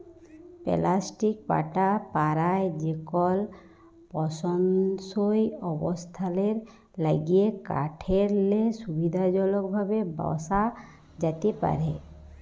plastic পাটা পারায় যেকল পসন্দসই অবস্থালের ল্যাইগে কাঠেরলে সুবিধাজলকভাবে বসা যাতে পারহে